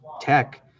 tech